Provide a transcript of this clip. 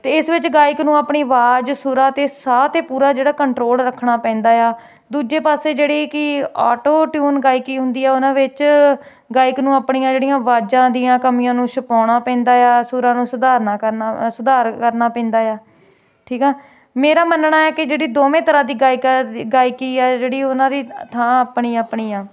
ਅਤੇ ਇਸ ਵਿੱਚ ਗਾਇਕ ਨੂੰ ਆਪਣੀ ਆਵਾਜ਼ ਸੁਰਾਂ ਅਤੇ ਸਾਹ 'ਤੇ ਪੂਰਾ ਜਿਹੜਾ ਕੰਟਰੋਲ ਰੱਖਣਾ ਪੈਂਦਾ ਆ ਦੂਜੇ ਪਾਸੇ ਜਿਹੜੀ ਕਿ ਆਟੋ ਟਿਊਨ ਗਾਇਕੀ ਹੁੰਦੀ ਆ ਉਹਨਾਂ ਵਿੱਚ ਗਾਇਕ ਨੂੰ ਆਪਣੀਆਂ ਜਿਹੜੀਆਂ ਆਵਾਜ਼ਾਂ ਦੀਆਂ ਕਮੀਆਂ ਨੂੰ ਛਪਾਉਣਾ ਪੈਂਦਾ ਆ ਸੂਰਾਂ ਨੂੰ ਸੁਧਾਰਨਾ ਕਰਨਾ ਸੁਧਾਰ ਕਰਨਾ ਪੈਂਦਾ ਆ ਠੀਕ ਆ ਮੇਰਾ ਮੰਨਣਾ ਹੈ ਕਿ ਜਿਹੜੀ ਦੋਵੇਂ ਤਰ੍ਹਾਂ ਦੀ ਗਾਇਕਾ ਗਾਇਕੀ ਆ ਜਿਹੜੀ ਉਹਨਾਂ ਦੀ ਥਾਂ ਆਪਣੀ ਆਪਣੀ ਆ